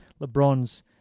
LeBron's